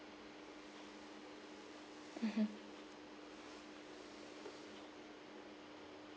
mmhmm